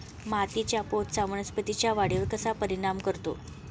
मातीच्या पोतचा वनस्पतींच्या वाढीवर कसा परिणाम करतो?